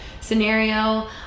scenario